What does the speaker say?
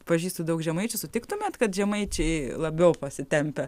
pažįstu daug žemaičių sutiktumėt kad žemaičiai labiau pasitempę